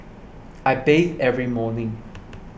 I bathe every morning